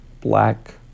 black